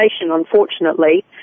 unfortunately